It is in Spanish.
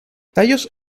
tallos